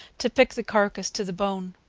to pick the carcass to the bone.